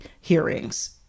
hearings